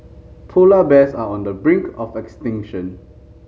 polar bears are on the brink of extinction